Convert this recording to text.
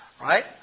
right